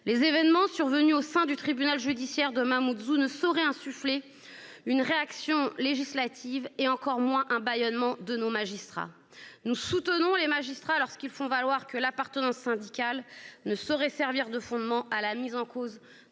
Les événements survenus au sein du tribunal judiciaire de Mamoudzou ne sauraient suffire à provoquer une réaction législative et encore moins un bâillonnement de nos magistrats. Nous soutenons les magistrats lorsqu'ils font valoir que l'appartenance syndicale ne saurait servir de fondement à la mise en cause